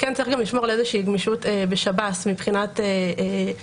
כן צריך לשמור גם על איזה גמישות בשב"ס מבחינת התנאים,